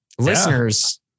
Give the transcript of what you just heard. listeners